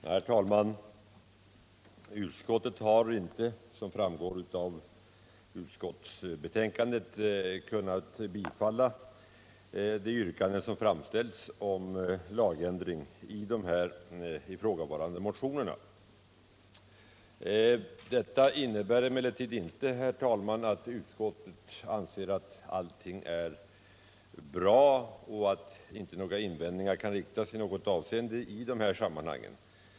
Herr talman! Som framgår av betänkandet har utskottet inte kunnat biträda de yrkanden om lagändring som framställs i de ifrågavarande motionerna. Detta innebär emellertid inte, herr talman, att utskottet anser att allting är bra och att inte några invändningar kan göras i de här sammanhangen.